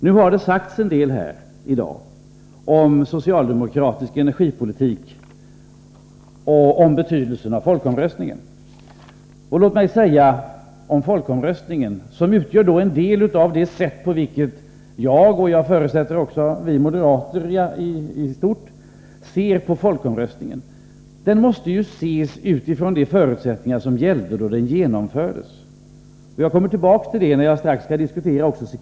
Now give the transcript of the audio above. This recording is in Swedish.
Det har här i dag sagts en del om socialdemokratisk energipolitik och om betydelsen av folkomröstningen. Jag, och jag förutsätter moderaterna i stort, menar att folkomröstningens resultat måste ses med utgångspunkt i de förutsättningar som gällde då folkomröstningen genomfördes. Jag kommer tillbaka till det när jag strax skall diskutera Securefrågan.